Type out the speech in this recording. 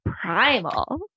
primal